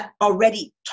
already